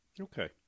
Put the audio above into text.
Okay